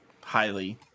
highly